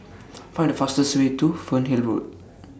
Find The fastest Way to Fernhill Road